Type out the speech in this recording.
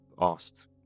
asked